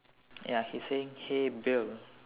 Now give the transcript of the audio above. ya he's saying hey bill